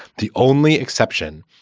the only exception,